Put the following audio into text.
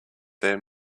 their